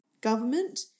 government